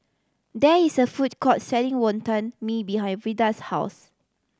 there is a food court selling Wonton Mee behind Veda's house